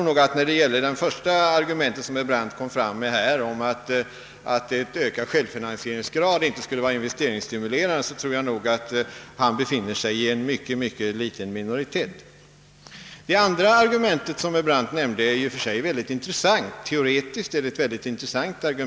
Vad beträffar det första argument som herr Brandt förde fram, nämligen att en ökad självfinansieringsgrad inte skulle vara investeringsstimulerande, så tror jag nog att herr Brandt tillhör en mycket, mycket liten minoritet. Det andra argument som herr Brandt nämnde är teoretiskt mycket intressant.